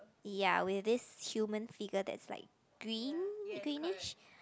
ya with this human figure that's like green greenish